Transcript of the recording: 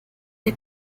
del